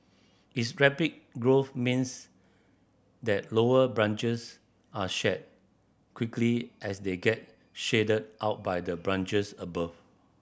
its rapid growth means that lower branches are shed quickly as they get shaded out by the branches above